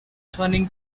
turning